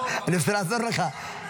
אני מנסה לעזור לך.